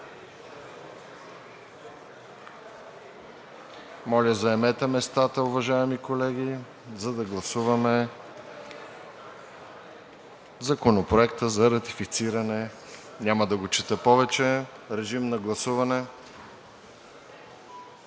Моля, заемете местата си, уважаеми колеги, за да гласуваме Законопроекта за ратифициране, няма да го чета повече. Режим на гласуване.